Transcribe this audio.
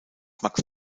max